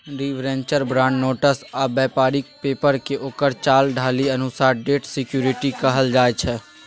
debenture, bond, notes आ बेपारिक पेपरकेँ ओकर चाल ढालि अनुसार डेट सिक्युरिटी कहल जाइ छै